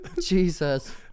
Jesus